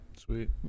Sweet